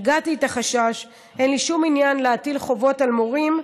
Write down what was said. הרגעתי את החשש: אין לי שום עניין להטיל חובות על מורים,